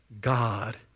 God